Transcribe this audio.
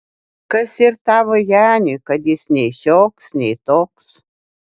kas yr tavo janiui kad jis nei šioks nei toks